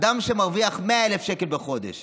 אדם שמרוויח 100,000 שקל בחודש